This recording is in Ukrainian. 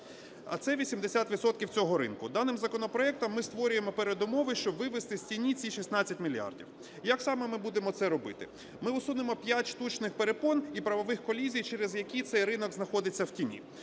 усього ринку. Даним законопроектом ми створюємо передумови, щоб вивести з тіні ці 16 мільярдів. Як саме ми будемо це робити? Ми усунемо п'ять штучних перепон і правових колізій, через які цей ринок знаходиться в тіні.